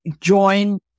Join